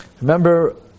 Remember